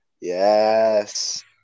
Yes